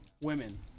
Women